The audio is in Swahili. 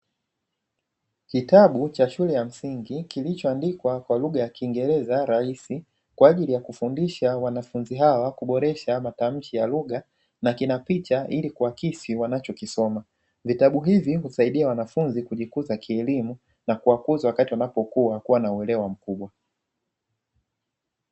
Kitabu cha shule ya msingi, kilichoandikwa kwa lugha ya kiingereza rahisi kwa ajili ya kufundisha wanafunzi hawa kuboresha matamshi ya lugha na kina picha ili kuakisi wanachokisoma, vitabu hivi husaidia wanafunzi kujikuza kielimu na kuwakuza wakati wanapokua kuwa na uelewa mkubwa.